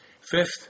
Fifth